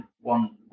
one